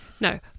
No